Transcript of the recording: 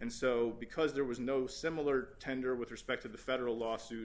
and so because there was no similar tender with respect to the federal lawsuit